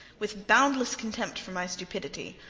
with boundless contempt for my stupidity,